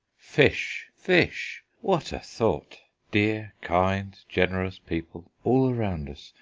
fish, fish what a thought! dear, kind, generous people all around us,